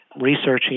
researching